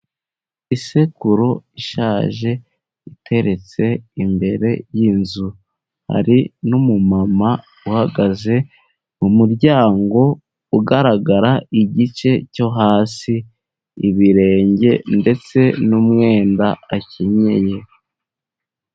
Isekuro ishaje iteretse imbere y'inzu. Hari n'umumama uhagaze mu muryango, ugaragara igice cyo hasi ibirenge, ndetse n'umwenda akenyeye.